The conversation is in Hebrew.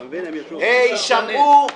שמעו.